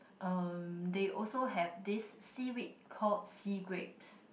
um they also have this seaweed called sea grapes